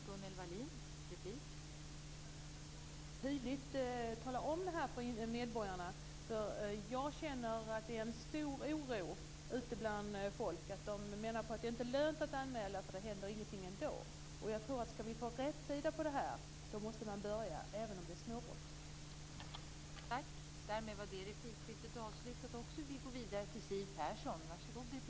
Fru talman! Jag tycker att det är viktigt att tydligt gå ut och tala om detta för medborgarna, för jag upplever att det är en stor oro ute bland folk. De menar att det inte är lönt att göra anmälningar därför att det händer ändå ingenting. För att få rätsida på detta måste man börja utreda även om det är fråga om småbrott.